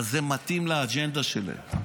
אבל זה מתאים לאג'נדה שלהם.